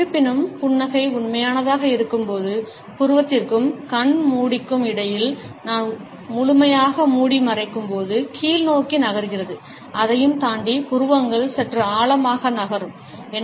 இருப்பினும் புன்னகை உண்மையானதாக இருக்கும்போது புருவத்திற்கும் கண் மூடிக்கும் இடையில் நான் முழுமையாக மூடிமறைக்கும் போது கீழ்நோக்கி நகர்கிறது அதையும் தாண்டி புருவங்கள் சற்று ஆழமாக நகரும் குறிப்பு நேரம் 1909